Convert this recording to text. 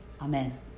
Amen